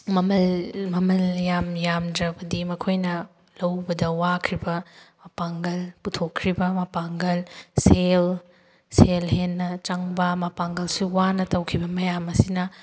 ꯃꯃꯜ ꯃꯃꯜ ꯌꯥꯝ ꯌꯥꯝꯗ꯭ꯔꯕꯗꯤ ꯃꯈꯣꯏꯅ ꯂꯧ ꯎꯕꯗ ꯋꯥꯈ꯭ꯔꯤꯕ ꯃꯄꯥꯡꯒꯜ ꯄꯨꯊꯣꯛꯈ꯭ꯔꯤꯕ ꯃꯄꯥꯡꯒꯜ ꯁꯦꯜ ꯁꯦꯜ ꯍꯦꯟꯅ ꯆꯪꯕ ꯃꯄꯥꯡꯒꯜꯁꯨ ꯋꯥꯅ ꯇꯧꯈꯤꯕ ꯃꯌꯥꯝ ꯑꯁꯤꯅ